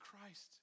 Christ